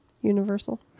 universal